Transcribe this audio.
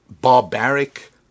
barbaric